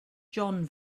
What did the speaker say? john